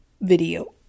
video